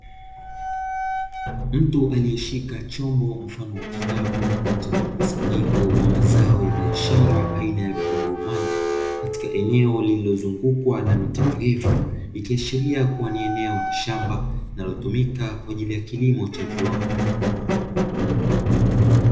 Mtu aliyeshika chombo mfano wa kikapu chenye mkusanyiko wa mazao ya biashara aina ya vitunguu maji, katika eneo lililozungukwa na miti mirefu; ikiashiria kuwa ni eneo la shamba linalotumika kwa ajili ya kilimo cha viwanda.